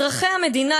אזרחי המדינה,